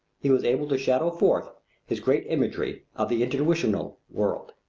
he was able to shadow forth his great imagery of the intuitional world.